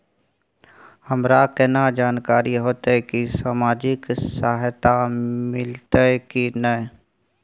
हमरा केना जानकारी होते की सामाजिक सहायता मिलते की नय?